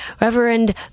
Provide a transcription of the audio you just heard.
Reverend